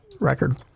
record